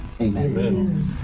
Amen